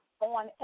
on